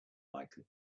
likely